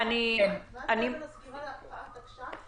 מה ההבדל בין הסגירה להקפאת תקש"ח?